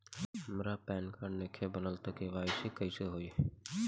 हमार pan card नईखे बनल त के.वाइ.सी कइसे होई?